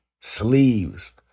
sleeves